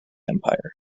empire